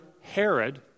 Herod